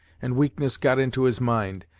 and weakness got into his mind,